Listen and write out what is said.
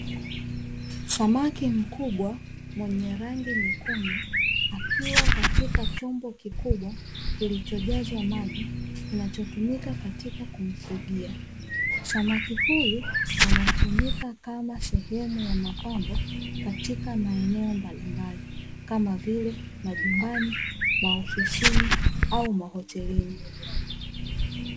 Samaki mkubwa mwenye rangi nyekundu akiwa katika chombo kikubwa kilichojazwa maji kinachotumika katika kumfugia. Samaki huyu anatumika kama sehemu ya mapambo katika maeneo mbalimbali kama vile: majumbani, maofisini au mahotelini.